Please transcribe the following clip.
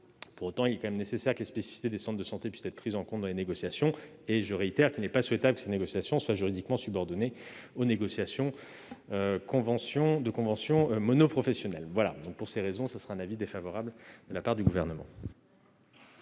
Pour autant, il est nécessaire que les spécificités des centres de santé puissent être prises en compte dans les négociations et, je le répète, il n'est pas souhaitable que ces négociations soient juridiquement subordonnées aux négociations de conventions monoprofessionnelles. Le Gouvernement émet donc un avis défavorable. Je mets aux voix l'amendement